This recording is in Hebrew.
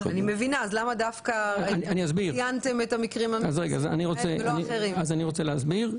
אני מבינה אבל למה דווקא ציינתם את המקרים האלה ולא אחרים?: אני אסביר.